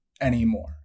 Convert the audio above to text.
anymore